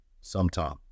sometime